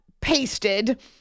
pasted